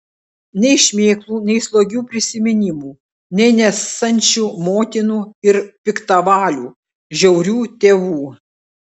nei šmėklų nei slogių prisiminimų nei nesančių motinų ir piktavalių žiaurių tėvų